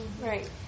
Right